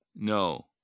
No